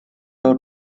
out